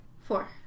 Four